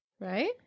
right